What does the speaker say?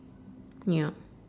yup